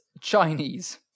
Chinese